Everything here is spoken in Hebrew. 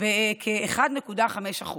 בכ-1.5%